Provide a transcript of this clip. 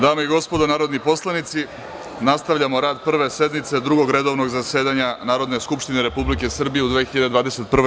dame i gospodo narodni poslanici, nastavljamo rad Prve sednice Drugog redovnog zasedanja Narodne skupštine Republike Srbije u 2021.